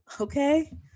Okay